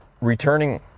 returning